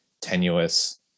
Tenuous